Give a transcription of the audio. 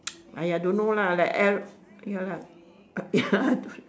!aiya! don't know lah like L ya lah